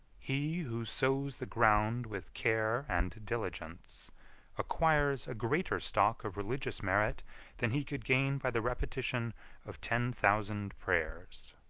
he who sows the ground with care and diligence acquires a greater stock of religious merit than he could gain by the repetition of ten thousand prayers.